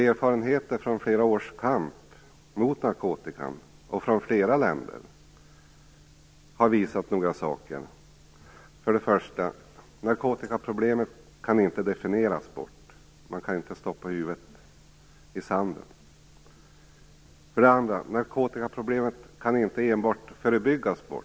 Erfarenheten från flera års kamp mot narkotikan från flera länder har visat några saker. För det första kan inte narkotikaproblemet definieras bort. Man kan inte stoppa huvudet i sanden. För det andra kan inte narkotikaproblemet enbart förebyggas bort.